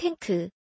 tank